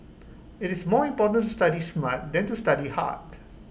IT is more important to study smart than to study hard